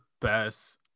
best